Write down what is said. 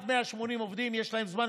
גופים עם עד 180 עובדים יש להם זמן,